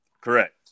Correct